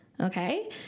Okay